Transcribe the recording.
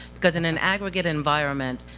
because in an aggregate environment,